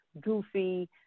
goofy